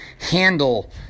handle